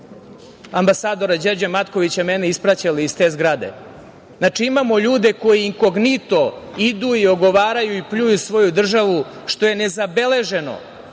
ambasadora Đerđa Matkovića i mene ispraćali iz te zgrade. Znači, imamo ljude koji inkognito idu i ogovaraju i pljuju svoju državu što je ne zabeleženo